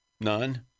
None